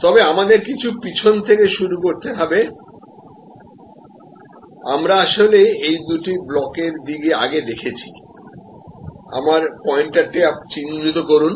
তবে আমাদের কিছুটা পিছন থেকে শুরু করতে হবে আমরা আসলে এই দুটি ব্লকের দিকে আগে দেখছি আমার পয়েন্টারটি চিহ্নিত করুন